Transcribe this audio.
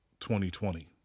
2020